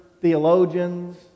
theologians